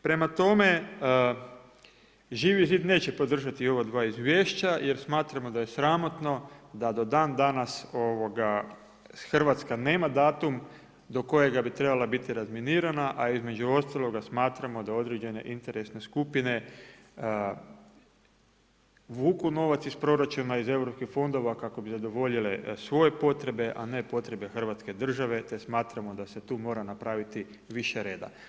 Prema tome, Živi zid neće podržati ova dva izvješća jer smatramo da je sramotno da do dan danas Hrvatska nema datum do kojega bi trebala biti razminirana, a između ostaloga smatramo da određene interesne skupine vuku novac iz proračuna, iz europskih fondova kako bi zadovoljile svoje potrebe, a ne potrebe Hrvatske države, te smatramo da se tu mora napraviti više reda.